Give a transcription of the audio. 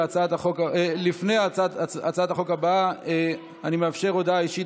לפני הצעת החוק הבאה אני מאפשר הודעה אישית,